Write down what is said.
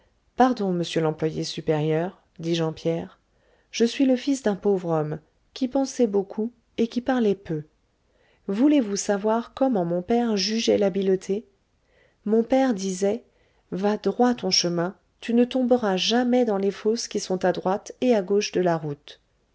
pardon monsieur l'employé supérieur dit jean pierre je suis le fils d'un pauvre homme qui pensait beaucoup et qui parlait peu voulez-vous savoir comment mon père jugeait l'habileté mon père disait va droit ton chemin tu ne tomberas jamais dans les fossés qui sont à droite et à gauche de la route